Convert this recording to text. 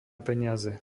peniaze